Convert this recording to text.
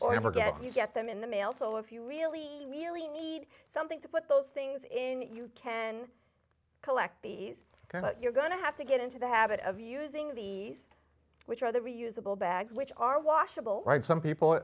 or ever get you get them in the mail so if you really really need something to put those things in you can collect these kind of you're going to have to get into the habit of using these which are the reusable bags which are washable right some people